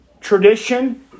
tradition